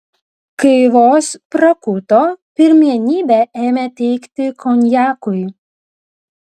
kai vos prakuto pirmenybę ėmė teikti konjakui